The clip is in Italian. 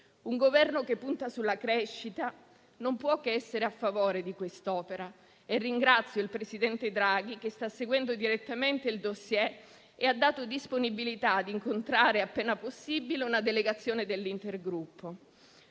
Un Governo che punta sulla crescita non può che essere a favore di quest'opera e ringrazio il presidente Draghi che sta seguendo direttamente il *dossier* e ha dato disponibilità di incontrare appena possibile una delegazione dell'intergruppo.